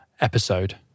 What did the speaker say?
episode